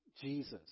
Jesus